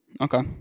Okay